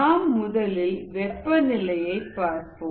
நாம் முதலில் வெப்பநிலையை பார்ப்போம்